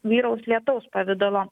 vyraus lietaus pavidalo